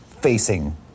facing